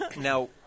Now